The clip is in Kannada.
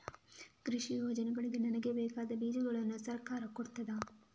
ಕೃಷಿ ಯೋಜನೆಯಲ್ಲಿ ನನಗೆ ಬೇಕಾದ ಬೀಜಗಳನ್ನು ಸರಕಾರ ಕೊಡುತ್ತದಾ?